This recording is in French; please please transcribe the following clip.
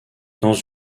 dans